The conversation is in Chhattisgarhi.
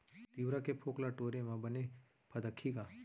तिंवरा के फोंक ल टोरे म बने फदकही का?